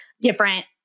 different